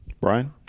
Brian